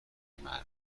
معرض